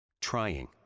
Trying